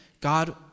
God